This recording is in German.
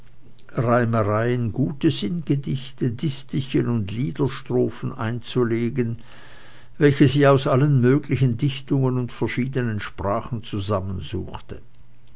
sinngedichte distichen und liederstrophen einzulegen welche sie aus allen möglichen dichtern und verschiedenen sprachen zusammensuchte